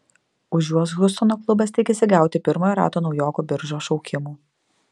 už juos hjustono klubas tikisi gauti pirmojo rato naujokų biržos šaukimų